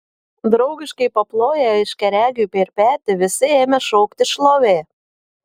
draugiškai paploję aiškiaregiui per petį visi ėmė šaukti šlovė